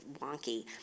wonky